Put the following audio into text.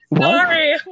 Sorry